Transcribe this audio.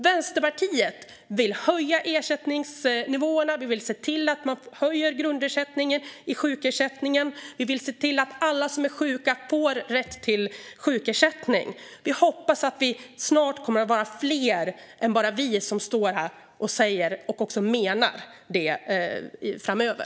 Vänsterpartiet vill höja ersättningsnivåerna. Vi vill se till att man höjer grundersättningen i sjukersättningen, och vi vill se till att alla som är sjuka får rätt till sjukersättning. Vi hoppas att vi snart kommer att vara fler än bara vi som står här och säger och även menar det framöver.